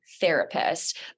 therapist